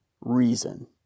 reason